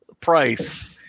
price